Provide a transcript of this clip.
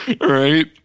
Right